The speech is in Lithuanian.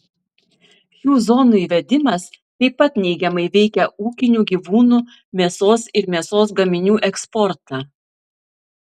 šių zonų įvedimas taip pat neigiamai veikia ūkinių gyvūnų mėsos ir mėsos gaminių eksportą